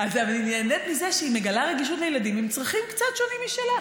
אבל אני נהנית מזה שהיא מגלה רגישות לילדים עם צרכים קצת שונים משלה.